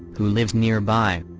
who lives nearby.